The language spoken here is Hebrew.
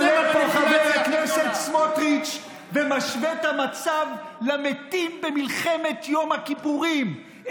עולה פה חבר הכנסת סמוטריץ' ומשווה את המצב למתים במלחמת יום הכיפורים,